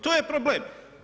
To je problem.